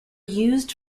used